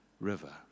river